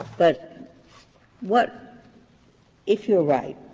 but what if you're right,